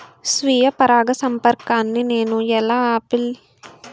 స్వీయ పరాగసంపర్కాన్ని నేను ఎలా ఆపిల్?